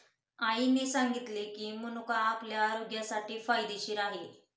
आईने सांगितले की, मनुका आपल्या आरोग्यासाठी फायदेशीर आहे